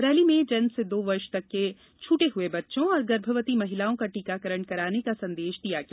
rally में जन्म से दो वर्ष तक के छटे हए बच्चों और गर्भवती महिलाओं का टीकाकरण कराने का संदेश दिया गया